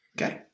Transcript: Okay